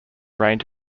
range